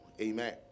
Amen